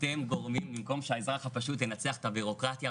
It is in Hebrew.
אתם גורמים במקום שהאזרח הפשוט ינצח את הביורוקרטיה,